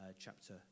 chapter